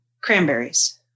cranberries